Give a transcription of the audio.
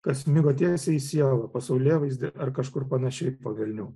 kas smigo tiesiai į sielą pasaulėvaizdį ar kažkur panašiai po velnių